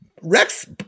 Rex